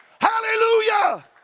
hallelujah